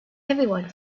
everyone